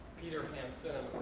peter hansen,